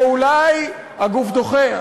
הגוף דוחה.